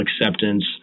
acceptance